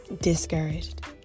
discouraged